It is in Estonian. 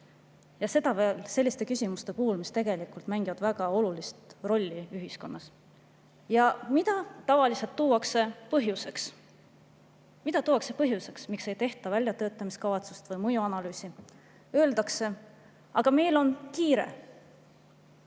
Ja seda ka selliste küsimuste puhul, mis tegelikult mängivad väga olulist rolli ühiskonnas. Ja mida tavaliselt tuuakse põhjuseks? Mida tuuakse põhjuseks, miks ei tehta väljatöötamiskavatsust või mõjuanalüüsi? Öeldakse: "Aga meil on kiire."